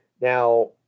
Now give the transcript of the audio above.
Now